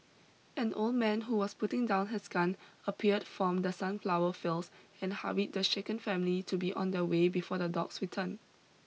an old man who was putting down his gun appeared from the sunflower fields and hurried the shaken family to be on their way before the dogs return